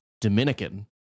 Dominican